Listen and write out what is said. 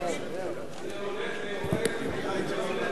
זה עולה, זה יורד.